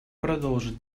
продолжают